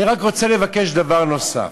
אני רק רוצה לבקש דבר נוסף: